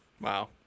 Wow